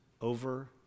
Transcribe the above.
over